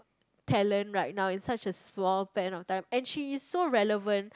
talent right now is such is a small pen of type and she is so relevant